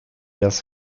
das